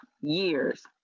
Year's